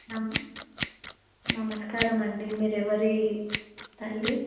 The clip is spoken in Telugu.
నమ నమస్కారం అండి మీరు ఎవరి తల్లి